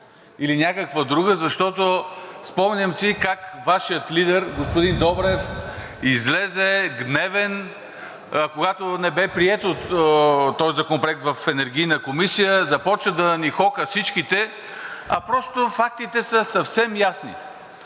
или някаква друга, а защото – спомням си как Вашият лидер, господин Добрев, излезе гневен, когато не бе приет този законопроект в Енергийната комисия, започна да ни хока всичките, а просто фактите са съвсем ясни.